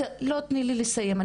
תני לי לסיים,